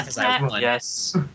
Yes